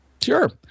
Sure